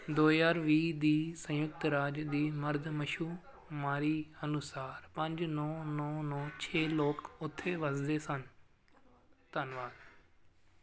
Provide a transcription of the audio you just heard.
ਦੋ ਹਜ਼ਾਰ ਵੀਹ ਦੀ ਸੰਯੁਕਤ ਰਾਜ ਦੀ ਮਰਦਮਸ਼ੁਮਾਰੀ ਅਨੁਸਾਰ ਪੰਜ ਨੌਂ ਨੌਂ ਨੌਂ ਛੇ ਲੋਕ ਉੱਥੇ ਵੱਸਦੇ ਸਨ ਧੰਨਵਾਦ